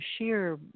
sheer